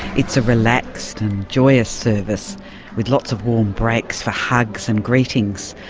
it's a relaxed and joyous service with lots of warm breaks for hugs and greetings.